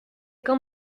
quand